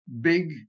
big